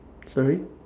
sorry